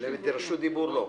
לרשות דיבור לא.